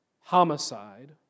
homicide